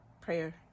prayer